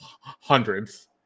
hundreds